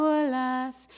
alas